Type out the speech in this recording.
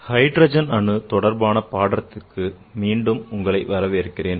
hydrogen அணு தொடர்பான பாடத்திற்கு மீண்டும் வரவேற்கிறேன்